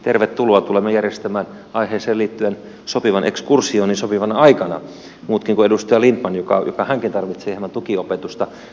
tervetuloa tulemme järjestämään aiheeseen liittyen sopivan ekskursion sopivana aikana muutkin kuin edustaja lindtman joka hänkin tarvitsee hieman tukiopetusta